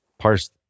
Parse